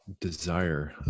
desire